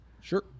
Sure